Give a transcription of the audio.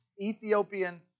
Ethiopian